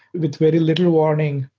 with very little warning,